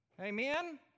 amen